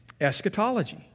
eschatology